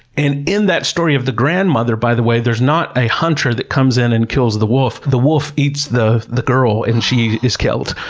and in that story of grandmother, by the way, there's not a hunter that comes in and kills the wolf. the wolf eats the the girl, and she is killed.